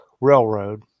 Railroad